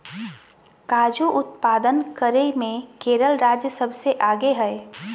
काजू उत्पादन करे मे केरल राज्य सबसे आगे हय